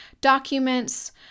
documents